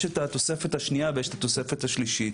יש את התוספת השנייה ויש את התוספת השלישית.